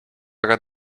aga